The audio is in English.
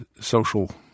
social